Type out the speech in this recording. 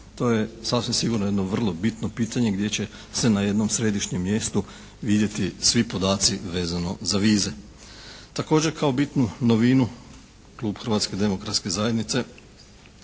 To je sasvim sigurno jedno vrlo bitno pitanje gdje će se na jednom središnjem mjestu vidjeti svi podaci vezano za vize. Također kao bitnu novinu klub Hrvatske demokratske zajednice